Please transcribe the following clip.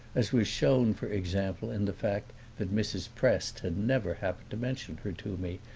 as was shown for example in the fact that mrs. prest had never happened to mention her to me,